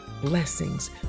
blessings